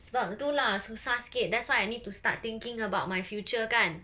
sebab itu lah susah sikit that's why I need to start thinking about my future kan